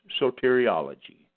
soteriology